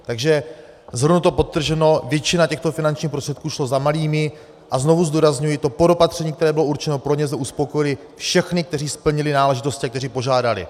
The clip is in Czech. Takže shrnuto, podtrženo, většina těchto finančních prostředků šla za malými, a znovu zdůrazňuji, to podopatření, které bylo určeno pro ně, uspokojilo všechny, kteří splnili náležitosti a kteří požádali.